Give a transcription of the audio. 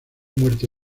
muerte